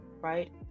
right